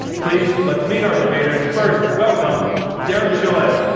please, let's meet our debaters. first, welcome derek chollet.